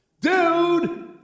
Dude